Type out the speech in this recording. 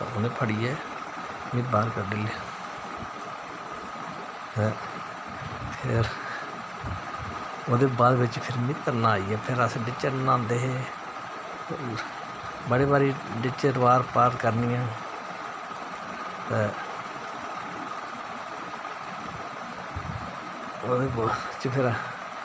उ'नें फड़ियै मिगी बाह्र कड्डी लेआ ते फिर ओह्दे बाद बिच्च फ्ही मिगी तरना आई गेआ फिर बिच्च अस न्हांदे हे ते बड़े बारी रोआर पार करनियां ते ओह्दे बाद च फिर